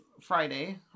Friday